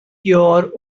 your